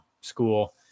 school